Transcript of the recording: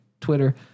Twitter